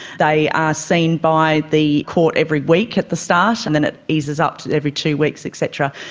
they are seen by the court every week at the start and then it eases up to every two weeks et cetera.